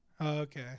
okay